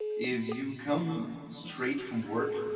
if you come straight from work,